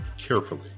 carefully